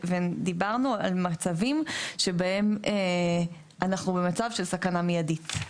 ודיברנו על מצבים שבהם אנחנו במצב של סכנה מיידית.